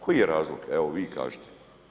Koji je razlog, evo vi kažite?